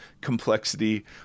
complexity